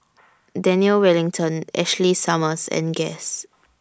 Daniel Wellington Ashley Summers and Guess